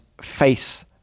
face